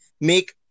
make